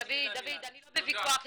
דוד אני לא בוויכוח איתך,